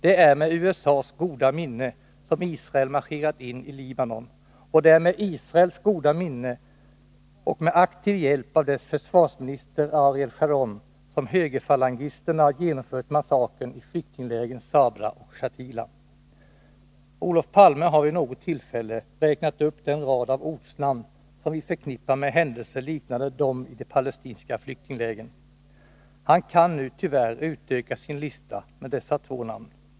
Det är med USA:s goda minne som Israel marscherat in i Libanon, och det är med Israels goda minne och med aktiv hjälp av dess försvarsminister Ariel Sharon som högerfalangister na genomfört massakrerna i flyktinglägren Sabra och Shatila. Olof Palme har vid något tillfälle räknat upp en rad av ortsnamn som vi förknippar med händelser liknande dem i de palestinska flyktinglägren. Han kan nu tyvärr utöka sin lista med dessa två namn.